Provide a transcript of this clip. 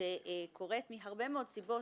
שקורית מהרבה מאוד סיבות,